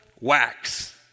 wax